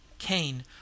Cain